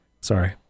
Sorry